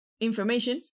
information